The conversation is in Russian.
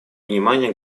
внимания